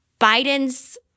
Biden's